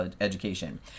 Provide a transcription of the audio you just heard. education